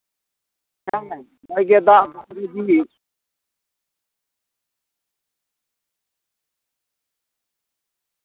ᱦᱮᱸ ᱦᱚᱭ ᱜᱮ ᱫᱟᱜ ᱫᱟᱜ ᱜᱮ ᱡᱤᱣᱤ